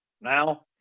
now